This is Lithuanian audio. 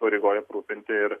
įsipareigoja aprūpinti ir